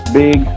big